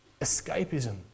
escapism